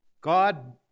God